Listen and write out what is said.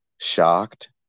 shocked